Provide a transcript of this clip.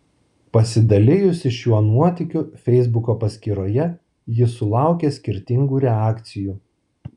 pasidalijusi šiuo nuotykiu feisbuko paskyroje ji sulaukė skirtingų reakcijų